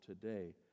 today